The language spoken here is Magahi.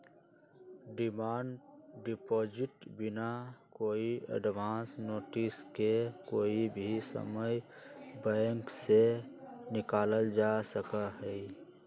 डिमांड डिपॉजिट बिना कोई एडवांस नोटिस के कोई भी समय बैंक से निकाल्ल जा सका हई